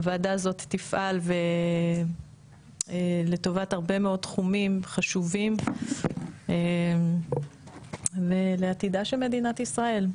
הוועדה הזו תפעל לטובת הרבה מאוד תחומים חשובים ולעתידה של מדינת ישראל.